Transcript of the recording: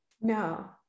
No